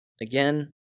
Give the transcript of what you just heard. again